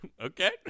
Okay